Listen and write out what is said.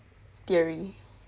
theory